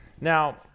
Now